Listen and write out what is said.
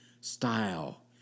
style